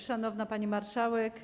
Szanowna Pani Marszałek!